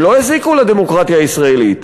הם לא הזיקו לדמוקרטיה הישראלית,